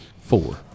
Four